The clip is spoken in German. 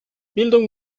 bildung